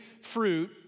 fruit